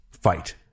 Fight